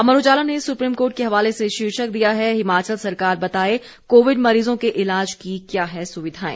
अमर उजाला ने supreme court के हवाले से शीर्षक दिया है हिमाचल सरकार बताए कोविड मरीजों के इलाज की क्या हैं सुविधाएं